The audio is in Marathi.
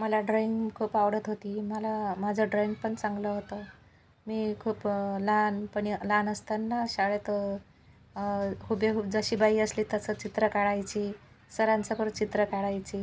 मला ड्राॅईंग खूप आवडत होती मला माझं ड्राॅईंग पण चांगलं होतं मी खूप लहानपणी लहान असताना शाळेत हुबेहूब जशी बाई असली तसं चित्र काढायची सरांचं परत चित्र काळायची